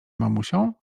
mamusią